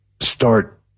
start